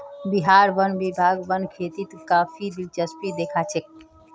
बिहार वन विभाग वन खेतीत काफी दिलचस्पी दखा छोक